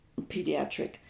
pediatric